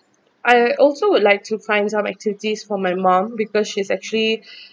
I also would like to find some activities for my mom because she's actually